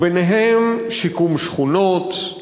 וביניהם שיקום שכונות,